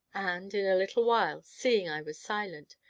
and, in a little while, seeing i was silent,